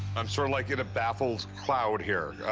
i'm sort of, like, in a baffled cloud here.